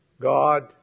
God